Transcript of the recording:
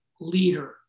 leader